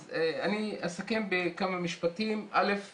אז אני אסכם בכמה משפטים, דבר ראשון,